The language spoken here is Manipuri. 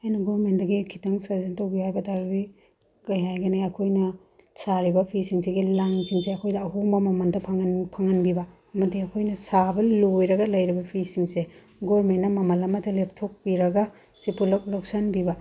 ꯑꯩꯅ ꯒꯚꯔꯟꯃꯦꯟꯗꯒꯤ ꯈꯤꯇꯪ ꯁꯖꯦꯁꯟ ꯇꯧꯕꯤꯌꯨ ꯍꯥꯏꯕ ꯇꯥꯔꯒꯗꯤ ꯀꯩ ꯍꯥꯏꯒꯅꯤ ꯑꯩꯈꯣꯏꯅ ꯁꯥꯔꯤꯕ ꯐꯤꯁꯤꯡꯁꯤꯒꯤ ꯂꯪꯁꯤꯡꯁꯦ ꯑꯩꯈꯣꯏꯗ ꯑꯍꯣꯡꯕ ꯃꯃꯟꯗ ꯐꯪꯍꯟꯕꯤꯕ ꯑꯃꯗꯤ ꯑꯩꯈꯣꯏꯅ ꯁꯥꯕ ꯂꯣꯏꯔꯒ ꯂꯩꯔꯕ ꯐꯤꯁꯤꯡꯁꯦ ꯒꯚꯔꯟꯃꯦꯟꯅ ꯃꯃꯟ ꯑꯃꯗ ꯂꯦꯞꯊꯣꯛꯄꯤꯔꯒ ꯁꯤ ꯄꯨꯂꯞ ꯂꯧꯁꯟꯕꯤꯕ